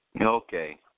Okay